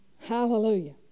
Hallelujah